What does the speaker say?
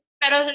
pero